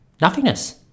nothingness